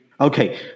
Okay